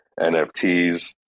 NFTs